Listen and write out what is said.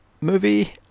movie